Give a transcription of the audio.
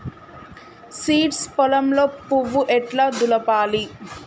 Seeds పొలంలో పువ్వు ఎట్లా దులపాలి?